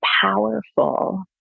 powerful